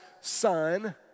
son